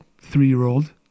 three-year-old